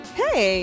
hey